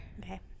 Okay